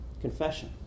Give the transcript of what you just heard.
Confession